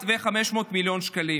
שקלים.